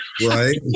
Right